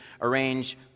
arrange